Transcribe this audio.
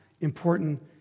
important